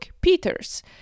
peters